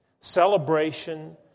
Celebration